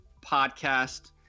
Podcast